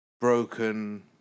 Broken